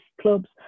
clubs